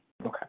Okay